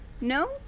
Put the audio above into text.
No